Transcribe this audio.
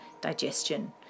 digestion